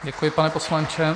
Děkuji, pane poslanče.